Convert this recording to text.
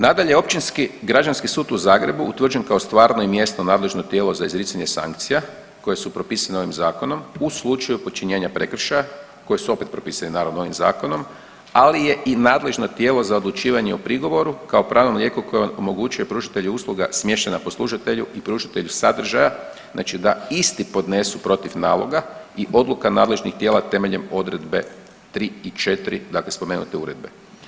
Nadalje, Općinski građanski sud u Zagrebu utvrđen kao stvarno i mjesno nadležno tijelo za izricanje sankcija koje su propisane ovim zakonom u slučaju počinjenja prekršaja koji su opet propisani naravno ovim zakonom ali je i nadležno tijelo za odlučivanje o prigovoru kao pravom lijeku koji omogućuje pružatelju usluga smještenom na poslužitelju i pružatelju sadržaja znači da isti podnesu protiv naloga i odluka nadležnih tijela temeljem odredbe 3. i 4. dakle spomenute uredbe.